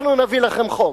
אנחנו נביא לכם חוק.